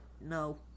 No